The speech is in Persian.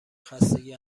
خستگی